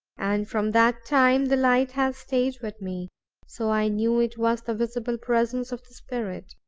and from that time the light has stayed with me so i knew it was the visible presence of the spirit.